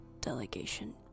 delegation